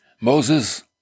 Moses